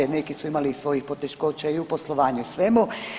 Neki su imali i svojih poteškoća i u poslovanju i u svemu.